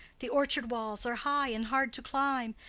the orchard walls are high and hard to climb,